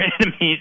enemies